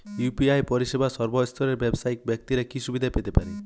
UPI পরিসেবা সর্বস্তরের ব্যাবসায়িক ব্যাক্তিরা কি সুবিধা পেতে পারে?